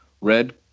red